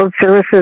services